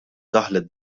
daħlet